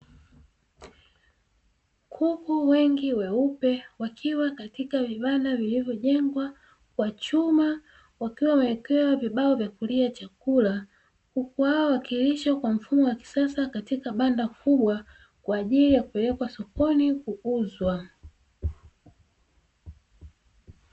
Kuku wengi weupe wakiwa katika vibanda vilivyojengwa kwa chuma wakiwa wamewekewa vibao vya kulia chakula kuku hao wakiishi kwa mfumo wa kisasa katika banda kubwa kwa ajili ya kupelekwa sokoni kuuzwa.